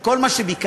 וכל מה שביקשתי,